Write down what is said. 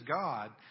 God